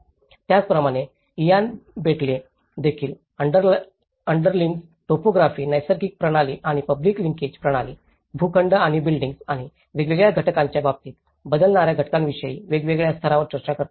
त्याचप्रमाणे Ian Bentley देखील underlying topography नैसर्गिक प्रणाली आणि पब्लिक लिंकेज प्रणाली भूखंड आणि बिल्डींग्स आणि वेगवेगळ्या घटकांच्या बाबतीत बदलणार्या घटकांविषयी वेगवेगळ्या स्तरांवर चर्चा करते